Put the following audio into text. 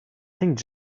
think